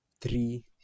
Three